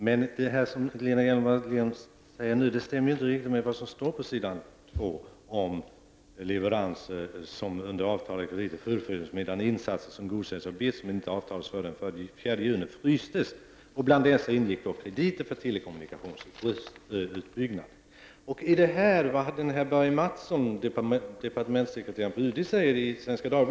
Herr talman! Det som Lena Hjelm-Wallén nu säger överensstämmer inte riktigt med det som står i svaret. Där står det: ”Leveranser under avtalade Men i Svenska Dagbladet står det i dag att Börje Mattsson, departementssekreterare på UD, bekräftar följande: ”Beslutet togs före juli och var ett defensivt drag för att undvika att någon annan tog ordern.” Det är ju vad det handlar om. Här kommer alltså helt plötsligt kommersiella hänsyn med i bilden. Säg rent ut vad det är fråga om!